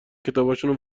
کتابشونو